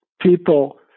people